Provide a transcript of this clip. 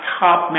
top